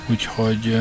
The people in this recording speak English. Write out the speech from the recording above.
Úgyhogy